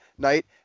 night